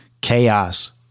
chaos